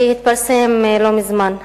שהתפרסם לא מזמן,